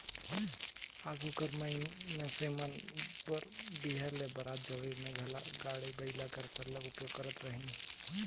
आघु कर मइनसे मन बर बिहा में बरात जवई में घलो गाड़ा बइला कर सरलग उपयोग करत रहिन